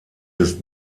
des